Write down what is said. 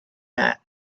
mat